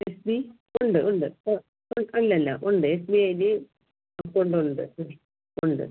S B ഉണ്ട് ഉണ്ട് ആ അല്ലല്ല ഉണ്ട് എസ് ബി ഐൽ അകൗണ്ട് ഉണ്ട് ഉണ്ട്